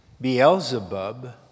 Beelzebub